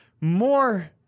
more